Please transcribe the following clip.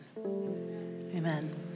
amen